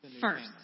first